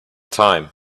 time